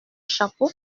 chapeau